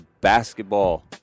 Basketball